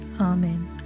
Amen